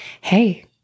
hey